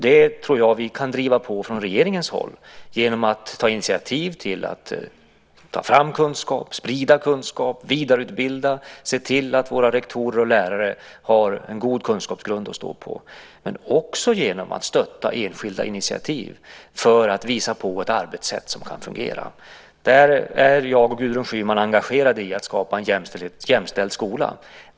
Jag tror att vi kan driva på från regeringens håll genom att ta initiativ till att ta fram kunskap, sprida kunskap, vidareutbilda och se till att våra rektorer och lärare har en god kunskapsgrund att stå på men också genom att stötta enskilda initiativ för att visa på ett arbetssätt som kan fungera. Där är jag och Gudrun Schyman engagerade i att skapa en jämställd skola.